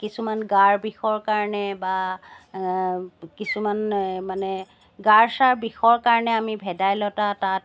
কিছুমান গাৰ বিষৰ কাৰণে বা কিছুমান এই মানে গাৰ চাৰ বিষৰ কাৰণে আমি ভেদাইলতা তাত